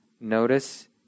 Notice